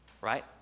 right